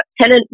tenant